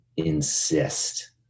insist